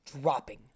dropping